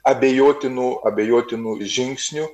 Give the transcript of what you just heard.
abejotinų abejotinų žingsnių